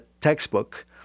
textbook